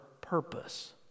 purpose